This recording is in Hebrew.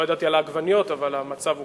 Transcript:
לא ידעתי על העגבניות, אבל המצב קשה.